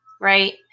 right